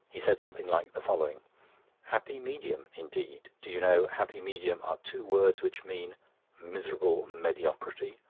he said something like the following happy medium, indeed. do you know happy medium are two words which mean miserable mediocrity?